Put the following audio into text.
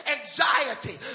anxiety